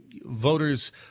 voters